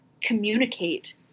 communicate